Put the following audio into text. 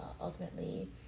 ultimately